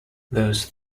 those